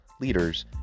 leaders